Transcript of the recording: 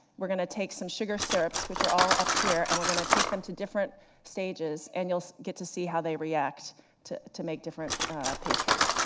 we're going to take some sugar syrups, which are all up here, and we're going to take them to different stages, and you'll get to see how they react to to make different pastries.